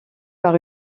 par